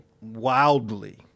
wildly